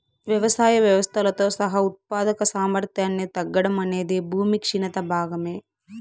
వ్యవసాయ వ్యవస్థలతో సహా ఉత్పాదక సామర్థ్యాన్ని తగ్గడం అనేది భూమి క్షీణత భాగమే